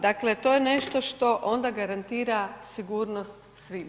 Dakle, to je nešto što onda garantira sigurnost svima.